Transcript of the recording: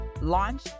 launch